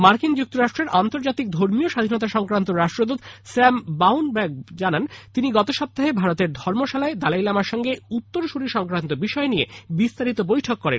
মার্কিন যুক্তরাষ্ট্রের আন্তর্জাতিক ধর্মীয় স্বাধীনতা সংক্রান্ত রাষ্ট্রদূত স্যাম ব্রাউনব্যাক জানান তিনি গত সপ্তাহে ভারতের ধর্মশালায় দালাই লামার সঙ্গে উত্তরসূরী সংক্রান্ত বিষয় নিয়ে বিস্তারিত বৈঠক করেন